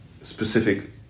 specific